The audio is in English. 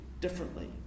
differently